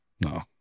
No